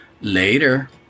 Later